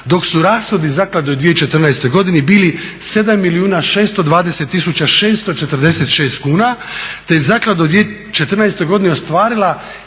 dok su rashodi zaklade u 2014. godini bili 7 milijuna 620 tisuća 646 kuna te je zaklada u 2014. godini ostvarila